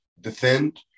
defend